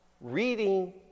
reading